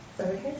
okay